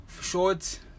short